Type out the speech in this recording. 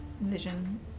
vision